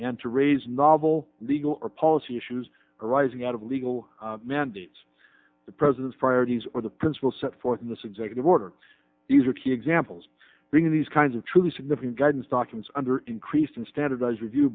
and to raise novel legal or policy issues arising out of legal mandates the president's priorities or the principle set forth in this executive order these are key examples bringing these kinds of truly significant guidance documents under increased and standardized review